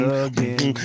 again